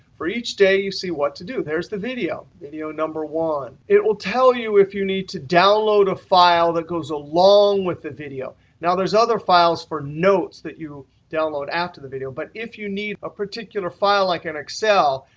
for each day, you see what to do. there's the video video number one. it will tell you if you need to download a file that goes along with the video. now there's other files for notes that you download after the video. but if you need a particular file like in excel,